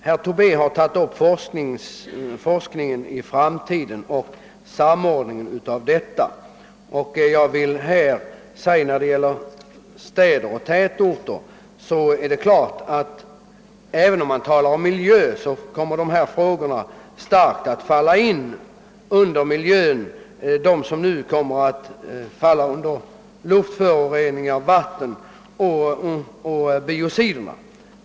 Herr Tobé tog upp frågan om forskningen i framtiden och samordningen av denna. När det gäller städer och tätorter kommer de frågor det gäller att i hög grad falla in under begreppet miljöfrågor. Det gäller luftföroreningar, föroreningar av vattnet och biocider.